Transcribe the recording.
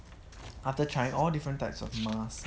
after trying all different types of mask